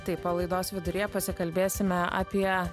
taip o laidos viduryje pasikalbėsime apie